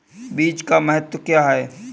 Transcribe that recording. बीज का महत्व क्या है?